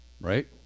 right